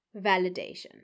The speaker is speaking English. validation